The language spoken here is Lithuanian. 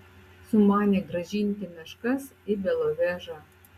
sumanė grąžinti meškas į belovežą